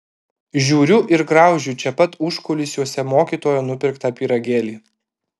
žiūriu ir graužiu čia pat užkulisiuose mokytojo nupirktą pyragėlį